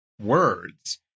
words